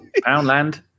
Poundland